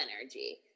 energy